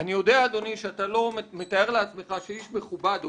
אני יודע אדוני שאתה לא מתאר לעצמך שאיש מכובד או